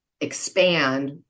expand